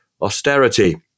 austerity